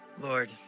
Lord